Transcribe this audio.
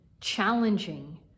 challenging